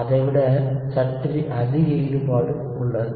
அதை விட சற்றே அதிக ஈடுபாடு உள்ளது